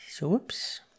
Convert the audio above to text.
whoops